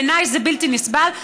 בעיניי זה בלתי נסבל.